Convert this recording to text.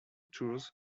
tours